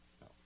No